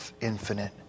infinite